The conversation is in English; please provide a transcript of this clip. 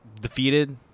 defeated